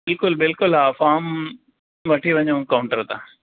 बिल्कुलु बिल्कुलु हा फॉर्म वठी वञो काउंटर तां